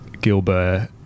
Gilbert